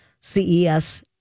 CES